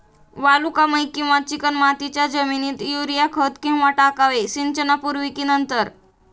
वालुकामय किंवा चिकणमातीच्या जमिनीत युरिया खत केव्हा टाकावे, सिंचनापूर्वी की नंतर?